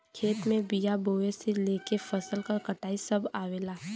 खेत में बिया बोये से लेके फसल क कटाई सभ आवेला